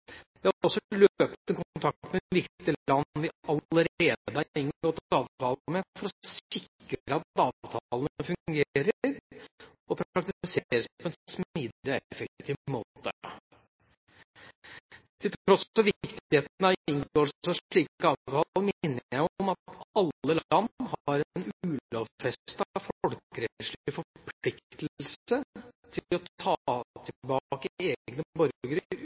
også løpende kontakt med viktige land vi allerede har inngått avtale med, for å sikre at avtalene fungerer og praktiseres på en smidig og effektiv måte. Til tross for viktigheten av inngåelse av slike avtaler minner jeg om at alle land har en ulovfestet folkerettslig forpliktelse til å ta tilbake egne